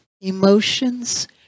emotions